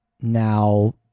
now